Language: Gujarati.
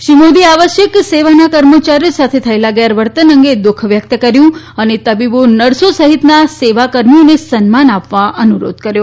શ્રી મોદીએ આવશ્યક સેવાના કર્મચારીઓ સામે થયેલા ગેરવર્તન અંગે દુઃખ વ્યકત કર્યુ અને તબીબો નર્સો સહિતના સેવાકર્મીઓને સન્માન આપવા અનુરોધ કર્યો